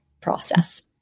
process